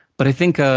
but i think ah